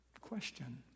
Question